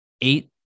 eight